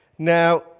Now